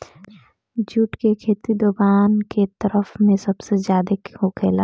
जुट के खेती दोवाब के तरफ में सबसे ज्यादे होखेला